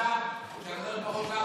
שלוש דקות,